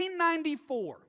1994